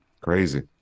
Crazy